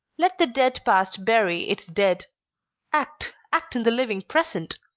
let the dead past bury its dead act, act in the living present.